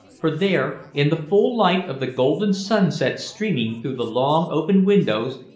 for there, in the full light of the golden sunset streaming through the long open windows,